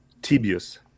Tibius